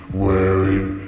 wearing